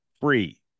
free